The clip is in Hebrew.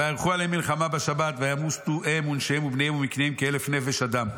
ויערכו עליהם מלחמה בשבת וימותו הם ונשיהם ובניהם ומקניהם כאלף נפש אדם.